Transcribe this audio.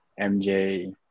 MJ